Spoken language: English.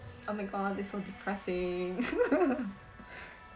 oh my god it's so depressing